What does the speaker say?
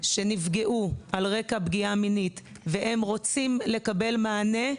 שנפגעו על רקע פגיעה מינית והם רוצים לקבל מענה,